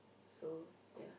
so ya